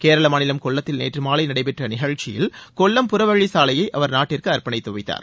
கேரள மாநிலம் கொல்லத்தில் நேற்று மாலை நடைபெற்ற நிகழ்ச்சியில் கொல்லம் புறவழி சாலையை அவர் நாட்டிற்கு அரப்பணித்து வைத்தார்